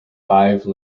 five